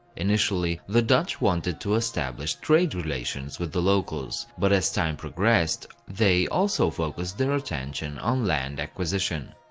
innitially, the dutch wanted to establish trade relations with the locals. but as time progressed, they also focused their attention on land acquisition.